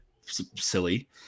silly